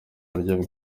buryo